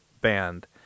band